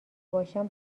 باشم